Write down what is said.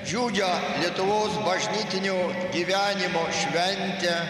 džiugią lietuvos bažnytinio gyvenimo šventę